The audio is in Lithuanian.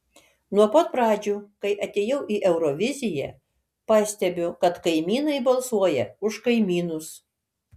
nuo pat pradžių kai atėjau į euroviziją pastebiu kad kaimynai balsuoja už kaimynus